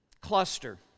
cluster